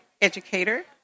educator